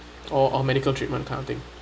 or or medical treatment kind of thing